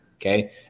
Okay